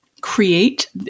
create